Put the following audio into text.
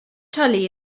tully